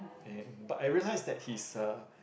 and but I realise that his uh